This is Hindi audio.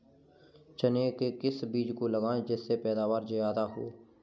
चने के किस बीज को लगाएँ जिससे पैदावार ज्यादा हो?